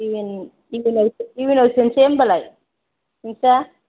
U एन इउ एनआव इउ एनआव सोनसै होनबालाय नोंस्रा